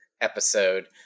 episode